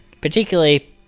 Particularly